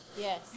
Yes